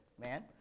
man